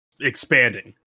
Expanding